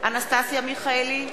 אנסטסיה מיכאלי,